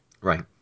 Right